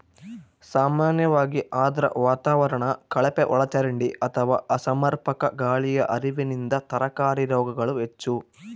ಸಾಮಾನ್ಯವಾಗಿ ಆರ್ದ್ರ ವಾತಾವರಣ ಕಳಪೆಒಳಚರಂಡಿ ಅಥವಾ ಅಸಮರ್ಪಕ ಗಾಳಿಯ ಹರಿವಿನಿಂದ ತರಕಾರಿ ರೋಗಗಳು ಹೆಚ್ಚು